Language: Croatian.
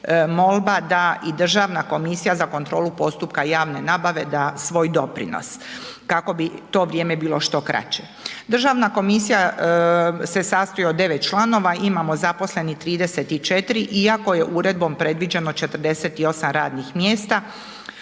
da i državna komisija za kontrolu postupka javne nabave da svoj doprinos kako bi to vrijeme bilo što kraće. Državna komisija se sastoji od 9 članova, imamo zaposleni 34 iako je uredbenom predviđeno 48 radnih mjesta.